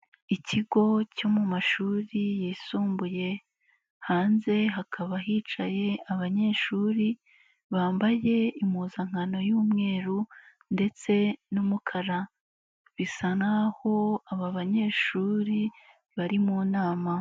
Ikigo cyo mu mashuri yisumbuye, hanze hakaba hicaye abanyeshuri bambaye impuzankano y'umweru ndetse n'umukara, bisa naho aba banyeshuri bari mu nama.